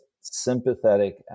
sympathetic